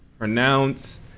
Pronounce